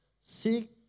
Seek